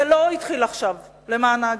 זה לא התחיל עכשיו, למען ההגינות,